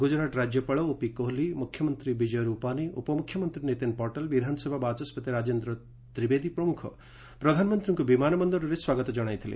ଗୁଜରାଟ୍ ରାଜ୍ୟପାଳ ଓପି କୋହଲି ମୁଖ୍ୟମନ୍ତ୍ରୀ ବିଜୟ ରୂପାନୀ ଉପମୁଖ୍ୟମନ୍ତ୍ରୀ ନୀତିନ୍ ପଟେଲ୍ ବିଧାନସଭା ବାଚସ୍କତି ରାଜେନ୍ଦ୍ର ତ୍ରିବେଦୀ ପ୍ରମୁଖ ପ୍ରଧାନମନ୍ତ୍ରୀଙ୍କୁ ବିମାନ ବନ୍ଦରଠାରେ ସ୍ୱାଗତ ଜଣାଇଥିଲେ